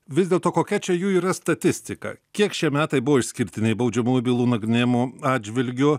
vis dėlto kokia čia jų yra statistika kiek šie metai buvo išskirtinai baudžiamųjų bylų nagrinėjimo atžvilgiu